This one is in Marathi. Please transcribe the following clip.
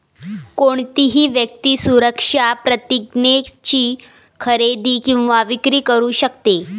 कोणतीही व्यक्ती सुरक्षा प्रतिज्ञेची खरेदी किंवा विक्री करू शकते